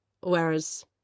whereas